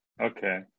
Okay